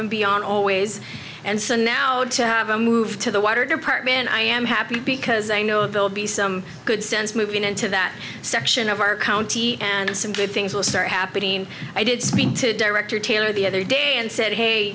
and beyond always and so now to have a move to the water department i am happy because i know it will be some good sense moving into that section of our county and some good things will start happening i did speak to director taylor the other day and said hey